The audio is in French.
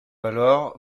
alors